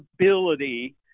ability